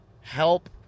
help